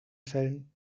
fällen